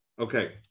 okay